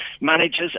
managers